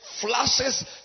flashes